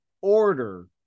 order